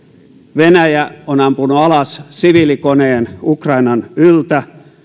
venäjä on ampunut alas siviilikoneen ukrainan yltä